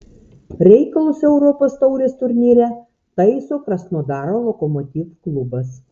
reikalus europos taurės turnyre taiso krasnodaro lokomotiv klubas